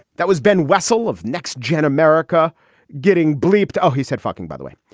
that was ben wessel of nexgen america getting bleeped. oh, he said fucking, by the way,